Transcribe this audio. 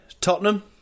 Tottenham